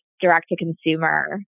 direct-to-consumer